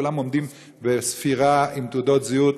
וכולם עומדים בספירה עם תעודות זהות,